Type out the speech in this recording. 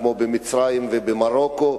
כמו במצרים ובמרוקו,